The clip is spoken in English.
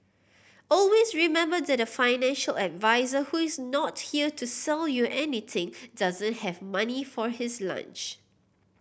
always remember that a financial advisor who is not here to sell you anything doesn't have money for his lunch